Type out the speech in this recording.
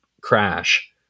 crash